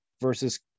versus